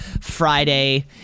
friday